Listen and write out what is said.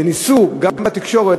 וניסו גם בתקשורת,